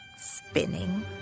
Spinning